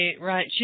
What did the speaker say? right